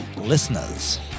listeners